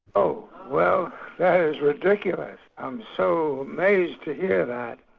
oh well that is ridiculous. i am so amazed to yeah that.